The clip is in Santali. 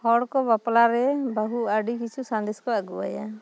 ᱦᱚᱲ ᱠᱚ ᱵᱟᱯᱞᱟ ᱨᱮ ᱵᱟᱹᱦᱩ ᱟᱹᱰᱤ ᱠᱤᱪᱷᱩ ᱥᱟᱸᱫᱮᱥ ᱠᱚ ᱟᱹᱜᱩ ᱟᱭᱟ